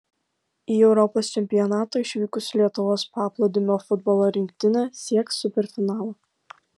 į europos čempionatą išvykusi lietuvos paplūdimio futbolo rinktinė sieks superfinalo